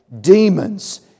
demons